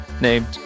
named